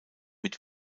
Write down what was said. mit